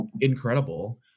incredible